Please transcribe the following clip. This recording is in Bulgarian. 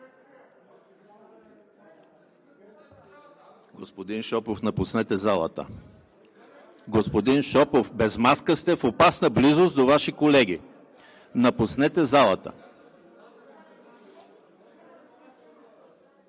Господин Шопов, напуснете залата! (Силен шум.) Господин Шопов, без маска сте – в опасна близост до Ваши колеги. Напуснете залата!